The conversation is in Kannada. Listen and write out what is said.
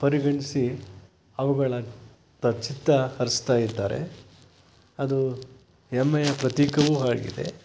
ಪರಿಗಣಿಸಿ ಅವುಗಳತ್ತ ಚಿತ್ತಹರಿಸ್ತಾ ಇದ್ದಾರೆ ಅದು ಹೆಮ್ಮೆಯ ಪ್ರತೀಕವೂ ಹಾಗಿದೆ